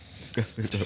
Disgusting